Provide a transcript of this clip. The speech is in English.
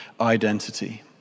identity